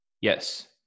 Yes